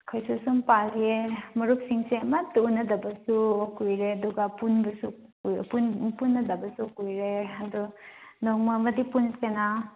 ꯑꯩꯈꯣꯏꯁꯨ ꯁꯨꯝ ꯄꯥꯜꯂꯤꯌꯦ ꯃꯔꯨꯞꯁꯤꯡꯁꯦ ꯑꯃꯠꯇ ꯎꯅꯗꯕꯁꯨ ꯀꯨꯏꯔꯦ ꯑꯗꯨꯒ ꯄꯨꯟꯕꯁꯨ ꯄꯨꯟꯅꯗꯕꯁꯨ ꯀꯨꯏꯔꯦ ꯑꯗꯨ ꯅꯣꯡꯃ ꯑꯃꯗꯤ ꯄꯨꯟꯁꯤꯅ